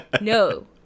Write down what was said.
No